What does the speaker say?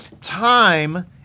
Time